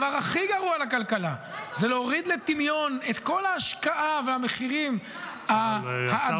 הדבר הכי גרוע לכלכלה זה להוריד לטמיון את כל ההשקעה והמחירים האדירים,